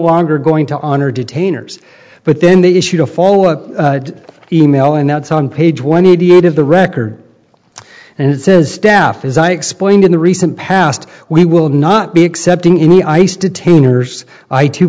longer going to honor detainers but then they issued a follow up email and that's on page one eighty eight of the record and it says staff as i explained in the recent past we will not be accepting any ice detainers